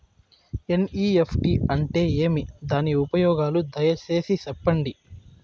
NEFT అంటే ఏమి? దాని ఉపయోగాలు దయసేసి సెప్పండి?